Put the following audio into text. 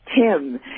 tim